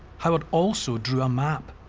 howard also drew a map,